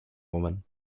woman